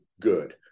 good